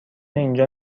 اینجا